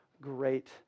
great